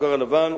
הסוכר הלבן,